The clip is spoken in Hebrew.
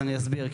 אני אסביר.